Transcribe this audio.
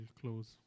close